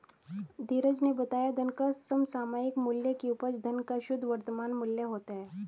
धीरज ने बताया धन का समसामयिक मूल्य की उपज धन का शुद्ध वर्तमान मूल्य होता है